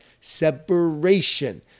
separation